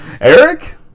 Eric